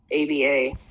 ABA